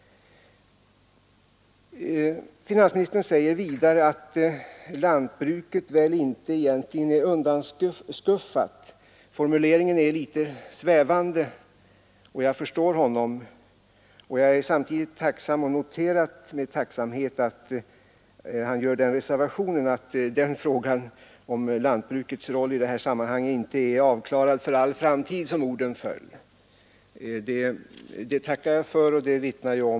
Finansministern säger vidare att lantbruket väl inte egentligen är undanskuffat. Formuleringen är rätt svävande, och jag förstår honom. Jag noterar samtidigt med tacksamhet att han gör den reservationen att frågan om lantbrukets roll i sammanhanget inte är avklarad för all framtid, som orden föll. Det tackar jag för.